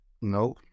No